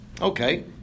Okay